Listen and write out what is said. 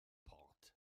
port